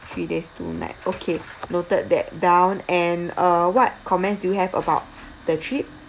three days two night okay noted that down and uh what comments do you have about the trip